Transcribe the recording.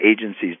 agencies